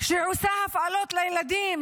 שעושה הפעלות לילדים,